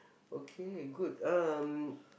okay good um